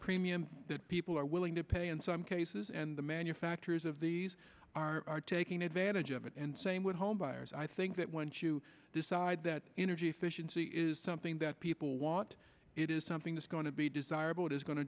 premium that people are willing to pay in some cases and the manufacturers of these are taking advantage of it and same with home buyers i think that once you decide that energy efficiency is something that people want it is something that's going to be desirable it is going to